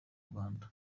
rwanda